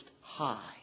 High